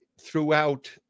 throughout